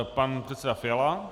Pan předseda Fiala.